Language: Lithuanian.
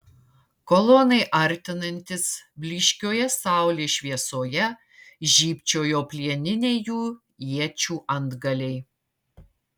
kolonai artinantis blyškioje saulės šviesoje žybčiojo plieniniai jų iečių antgaliai